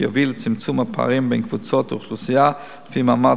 יביא לצמצום הפערים בין קבוצות אוכלוסייה לפי מעמד